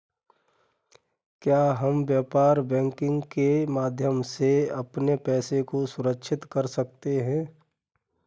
क्या हम व्यापार बैंकिंग के माध्यम से अपने पैसे को सुरक्षित कर सकते हैं?